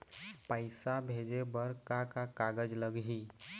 पैसा भेजे बर का का कागज लगही?